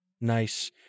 Nice